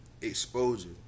exposure